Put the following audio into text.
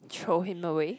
throw him away